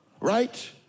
Right